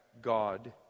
God